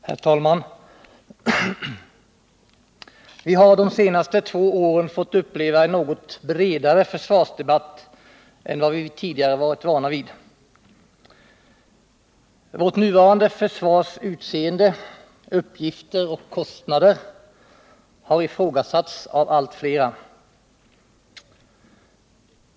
Herr talman! Vi har under de senaste två åren fått uppleva en något bredare försvarsdebatt än vad vi tidigare varit vana vid. Vårt nuvarande försvars utseende, uppgifter och kostnader har ifrågasatts av allt flera.